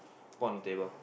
put on the table